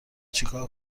چیکار